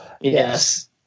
Yes